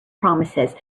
promises